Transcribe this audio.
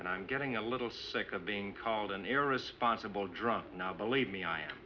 and i'm getting a little sick of being called an irresponsible drunk now believe me i am